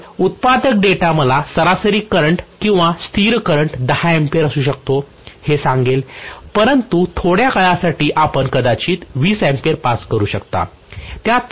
तर उत्पादक डेटा मला सरासरी करंट किंवा स्थिर करंट 10 अँपिअर असू शकतो हे सांगेल परंतु थोड्या काळासाठी आपण कदाचित 20 अँपिअर पास करू शकता